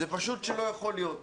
זה מצב שלא יכול להיות.